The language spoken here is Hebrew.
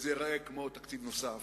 וזה ייראה כמו תקציב נוסף,